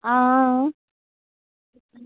हां